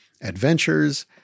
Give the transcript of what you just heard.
adventures